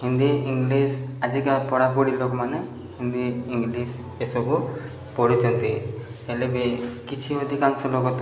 Hindi English ଆଜିକା ପଢ଼ାପଢ଼ି ଲୋକମାନେ ହିନ୍ଦୀ ଇଂଲିଶ୍ ଏସବୁ ପଢ଼ୁଛନ୍ତି ହେଲେ ବି କିଛି ଅଧିକାଂଶର ଗତ